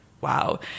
wow